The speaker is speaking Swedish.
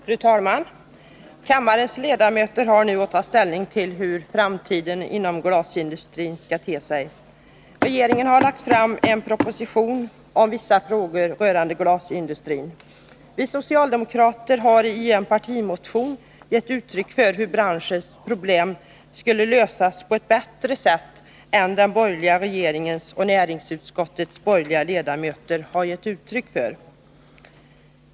Fru talman! Kammarens ledamöter har nu att ta ställning till hur framtiden inom glasindustrin skall te sig. Regeringen har lagt fram en proposition om vissa frågor rörande glasindustrin, och vi socialdemokrater har i en partimotion gett uttryck för hur branschens problem skulle lösas på ett bättre sätt än den borgerliga regeringen och näringsutskottets borgerliga ledamöter har gett uttryck för.